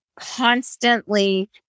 constantly